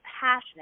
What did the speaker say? passionate